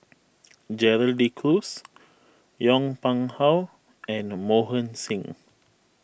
Gerald De Cruz Yong Pung How and Mohan Singh